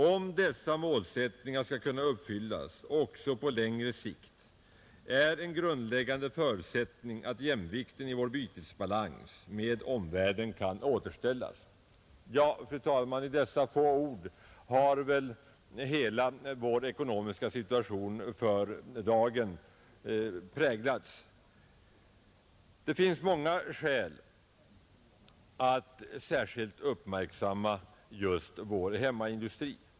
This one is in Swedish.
Om dessa målsättningar skall kunna uppfyllas också på längre sikt är en grundläggande förutsättning att jämvikten i vår bytesbalans med omvärlden kan återställas.” Ja, fru talman, i dessa få ord har väl hela den ekonomiska situationen för dagen fångats. Det finns många skäl att särskilt uppmärksamma just vår hemmaindustri.